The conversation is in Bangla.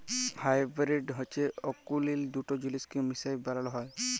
হাইবিরিড হছে অকুলীল দুট জিলিসকে মিশায় বালাল হ্যয়